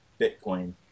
Bitcoin